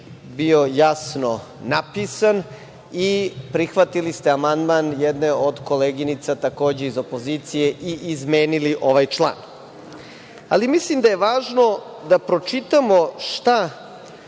bio jasno napisan, i prihvatili ste amandman jedne od koleginice, takođe iz opozicije i izmenili ovaj član. Mislim, da je važno da pročitamo šta